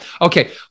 Okay